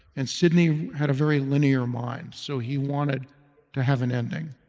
and sydney had a very linear mind, so he wanted to have an ending.